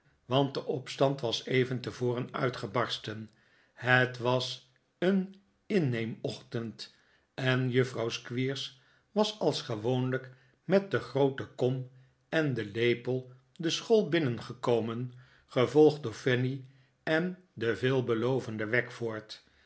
want de opstand was even tevoren uitgebarsten het was een inneem ochtend en juffrouw squeers was als gewoonlijk met de groote kom en den lepel de school binnengekomen gevolgd door fanny en den veelbelovenden